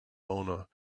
owner